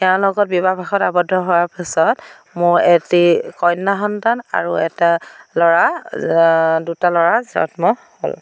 তেওঁৰ লগত বিবাহপাশত আৱদ্ধ হোৱাৰ পিছত মোৰ এটি কন্য়া সন্তান আৰু এটা ল'ৰা দুটা ল'ৰাৰ জন্ম হ'ল